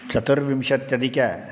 चतुर्विंशत्यधिक